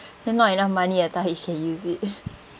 then not enough money later age can use it